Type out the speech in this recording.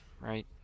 right